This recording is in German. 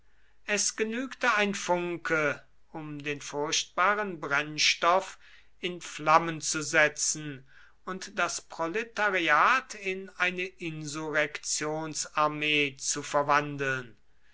es genügte ein funke um den furchtbaren brennstoff in flammen zu setzen und das proletariat in eine insurrektionsarmee zu verwandeln